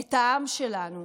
את העם שלנו?